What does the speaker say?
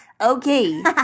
Okay